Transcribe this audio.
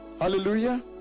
Hallelujah